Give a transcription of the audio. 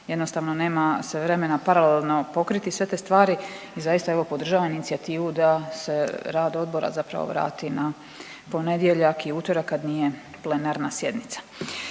jednostavno nema se vremena paralelno pokriti sve te stvari i zaista evo podržavam inicijativu da se rad odbora zapravo vrati na ponedjeljak i utorak kad nije plenarna sjednica.